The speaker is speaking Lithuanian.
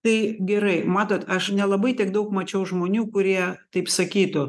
tai gerai matot aš nelabai tiek daug mačiau žmonių kurie taip sakytų